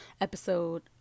episode